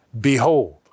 Behold